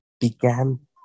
began